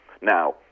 Now